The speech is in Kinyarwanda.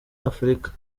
afurika